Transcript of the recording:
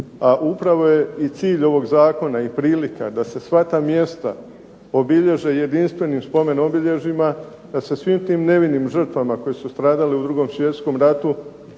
A upravo je i cilj ovog zakona i prilika da se sva ta mjesta obilježe jedinstvenim spomen obilježjima, da se svim tim nevinim žrtvama koje su stradale u 2. svjetskom ratu oda